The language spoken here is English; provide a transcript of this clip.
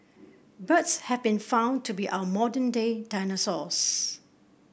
birds have been found to be our modern day dinosaurs